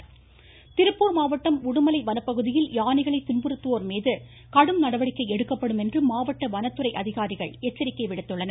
இருவரி திருப்பூர் மாவட்டம் உடுமலை வனப்பகுதியில் யானைகளை துன்புறுத்துவோர்மீது கடும் நடவடிக்கை எடுக்கப்படும் என்று மாவட்ட வனத்துறை அதிகாரிகள் எச்சரிக்கை விடுத்துள்ளனர்